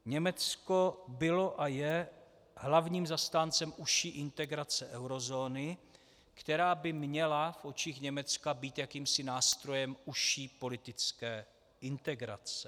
Německo bylo a je hlavním zastáncem užší integrace eurozóny, která by měla v očích Německa být jakýmsi nástrojem užší politické integrace.